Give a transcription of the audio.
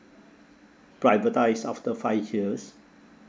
privatized after five years